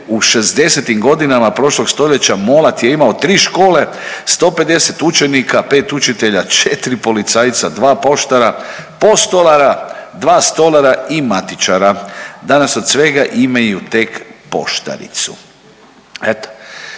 u 60.-tim godinama prošlog stoljeća Molat je imao 3 škole, 150 učenika, 5 učitelja, 4 policajca, 2 poštara, postolara, 2 stolara i matičara, danas od svega imaju tek poštaricu, eto.